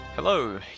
Hello